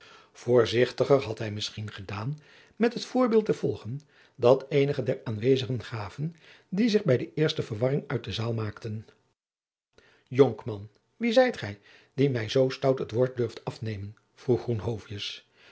voorzichtiger had hij misschien gedaan met het voorbeeld te volgen dat eenige der aanwezigen gaven die zich bij de eerste verwarring uit de zaal maakten jacob van lennep de pleegzoon jonkman wie zijt gij die mij zoo stout het woord durft afnemen vroeg